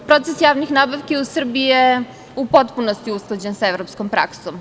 Proces javnih nabavki u Srbiji je u potpunosti usklađen sa evropskom praksom.